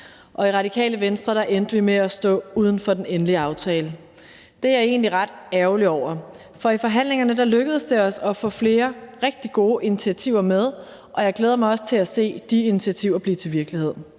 I Radikale Venstre endte vi med at stå uden for den endelige aftale. Det er jeg egentlig ret ærgerlig over, for i forhandlingerne lykkedes det os at få flere rigtig gode initiativer med, og jeg glæder mig også til at se de initiativer blive til virkelighed.